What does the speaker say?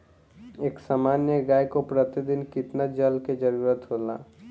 एक सामान्य गाय को प्रतिदिन कितना जल के जरुरत होला?